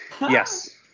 Yes